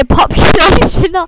population